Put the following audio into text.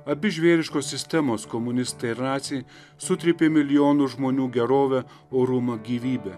abi žvėriškos sistemos komunistai ir naciai sutrypė milijonų žmonių gerovę orumą gyvybę